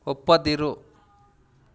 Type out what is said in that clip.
ಒಪ್ಪದಿರು